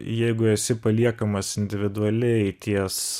jeigu esi paliekamas individualiai ties